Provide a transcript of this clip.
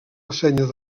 ressenyes